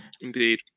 Indeed